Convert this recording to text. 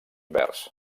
verds